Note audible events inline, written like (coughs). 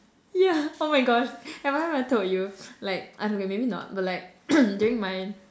yeah oh my gosh have I ever told you like ah okay maybe not but like (coughs) during my